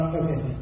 okay